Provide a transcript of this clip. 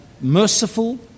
merciful